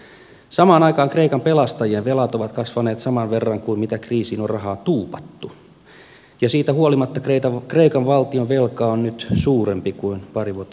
samaan aikaan kreikan pelastajien velat ovat kasvaneet saman verran kuin kriisiin on rahaa tuupattu ja siitä huolimatta kreikan valtionvelka on nyt suurempi kuin pari vuotta sitten